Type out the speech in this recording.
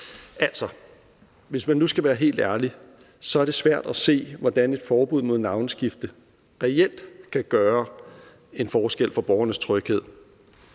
hvis man nu skal være helt ærlig, er det svært at se, hvordan et forbud mod navneskift reelt kan gøre en forskel for borgernes tryghed.